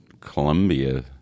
Columbia